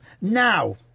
Now